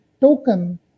token